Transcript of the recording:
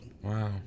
Wow